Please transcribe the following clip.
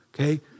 okay